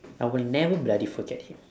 I will never bloody forget him